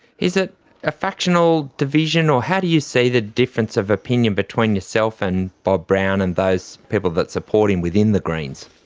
is it a factional division, or how do you see the difference of opinion between yourself and bob brown and those people that support him within the greens?